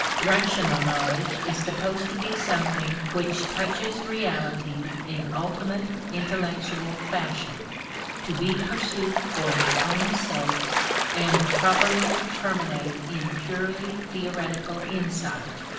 rational knowledge is supposed to be something which touches reality in ultimate, intellectual fashion to be pursued for its own sake and properly to terminate in purely theoretical insight,